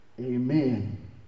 Amen